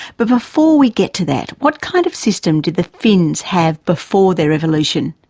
but before we get to that, what kind of system did the finns have before their revolution?